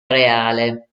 areale